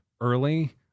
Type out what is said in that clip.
early